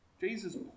Jesus